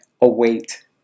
await